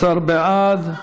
12 בעד,